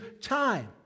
time